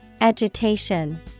Agitation